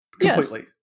completely